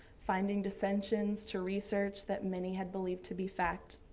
finding dissensions to research that many had believed to be fact,